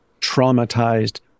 traumatized